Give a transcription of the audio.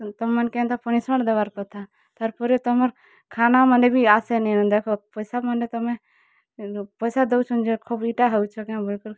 ତମ୍ କେନ୍ତା ପଇସାଁଟ ଦବାର କଥା ତାର୍ ପରେ ତମର୍ ଖାନା ମାନେ ବି ଆସେ ନେଇଁ ପଇସା ଦେଉଛନ୍ ଯେ ଖୁବ୍ ଇଟା ହେଉଛ କାଇଁ